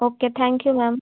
okay thank you ma'am